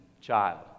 child